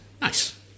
nice